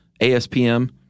ASPM